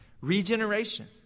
Regeneration